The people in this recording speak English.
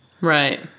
Right